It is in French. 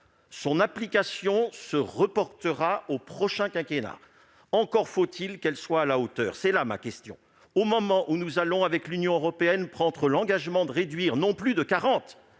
son application sera reportée au prochain quinquennat. Encore faut-il qu'elle soit à la hauteur ! Voici ma question : au moment où nous allons, avec l'Union européenne, prendre l'engagement de réduire, non plus de 40 %,